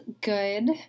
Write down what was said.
Good